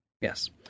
Yes